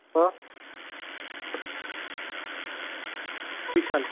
કોણ વિશાલ